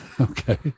Okay